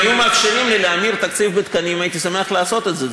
אם היו מאפשרים לי להמיר תקציב בתקנים הייתי שמח לעשות את זה,